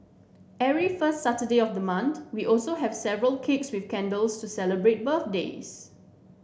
every first Saturday of the month we also have several cakes with candles to celebrate birthdays